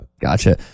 Gotcha